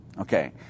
Okay